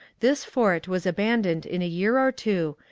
this fort was abandoned in a year or two,